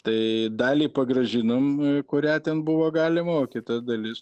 tai dalį pagrąžinom kurią ten buvo galima o kita dalis